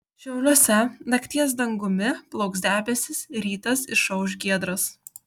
šiauliuose nakties dangumi plauks debesys rytas išauš giedras